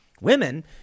Women